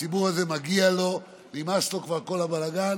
לציבור הזה מגיע, נמאס לו כבר מכל הבלגן,